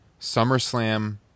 SummerSlam